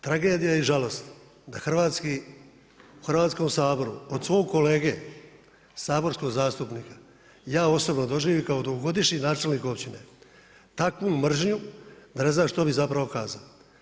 Tragedija i žalost da u Hrvatskom saboru od svog kolege saborskog zastupnika ja osobno doživim kao dugogodišnji načelnik općine, takvu mržnju da ne znam što bi zapravo kazao.